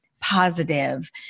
positive